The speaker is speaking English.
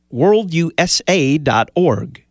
worldusa.org